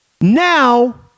now